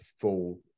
full